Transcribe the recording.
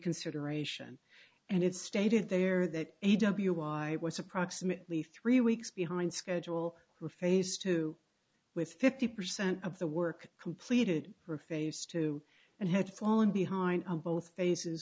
reconsideration and its stated there that a w i was approximately three weeks behind schedule for phase two with fifty percent of the work completed for face two and had fallen behind on both